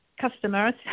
customers